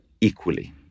equally